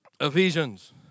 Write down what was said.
Ephesians